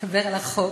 אדבר על החוק.